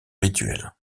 rituel